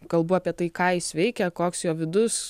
kalbu apie tai ką jis veikia koks jo vidus